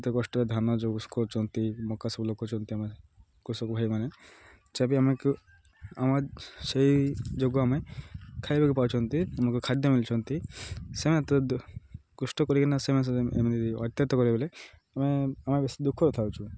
କେତେ କଷ୍ଟରେ ଧାନ ଯେଉଁ କରୁଛନ୍ତି ମକା ସବୁ ଲଗାଉଛନ୍ତି ଆମେ କୃଷକ ଭାଇମାନେ ଯାହା ବିି ଆମକୁ ଆମ ସେଇ ଯୋଗୁଁ ଆମେ ଖାଇବାକୁ ପାଉଛନ୍ତି ଆମକୁ ଖାଦ୍ୟ ମିଳୁଛନ୍ତି ସେମାନେ ତ କଷ୍ଟ କରିକିନା ସେମାନେ ଏମିତି ବଲେ ଆମେ ଆମେ ବେଶୀ ଦୁଃଖରେ ଥାଉଛୁ